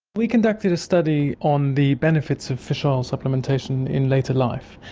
we conducted a study on the benefits of fish ah oil supplementation in later life.